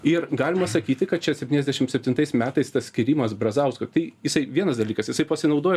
ir galima sakyti kad čia septyniasdešim septintais metais tas skyrimas brazausko tai jisai vienas dalykas jisai pasinaudojo